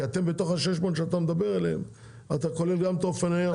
כי בתוך ה-600 שאתה מדבר עליהם אתה כולל גם את אופנועי הים.